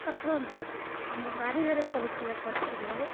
ପ୍ରଥମତଃ ଆମ ବାରିଘରେ କରୁଥିବା ପରିପରିବାରେ